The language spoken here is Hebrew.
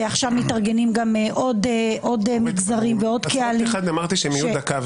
ועכשיו מתארגנים עוד מגזרים ועוד קהלים ----- אמרתי שהם יהיו דקה,